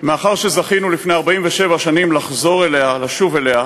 מאחר שזכינו לפני 47 שנים לחזור אליה, לשוב אליה,